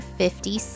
fifty